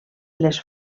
les